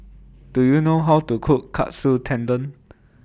Do YOU know How to Cook Katsu Tendon